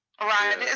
right